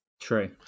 True